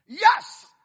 Yes